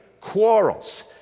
Quarrels